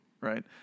Right